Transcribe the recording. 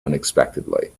unexpectedly